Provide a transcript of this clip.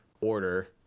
order